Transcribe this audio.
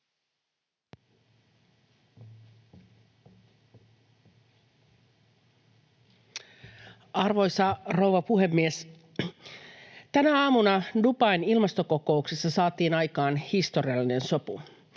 Arvoisa rouva puhemies! Tänä aamuna Dubain ilmastokokouksessa saatiin aikaan historiallinen sopu.